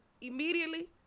Immediately